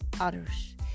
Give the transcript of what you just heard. others